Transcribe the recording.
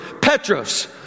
Petros